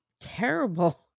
terrible